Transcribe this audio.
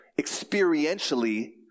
experientially